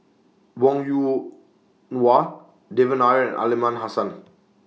Wong Yoon Wah Devan Nair Aliman Hassan